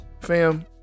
Fam